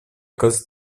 cause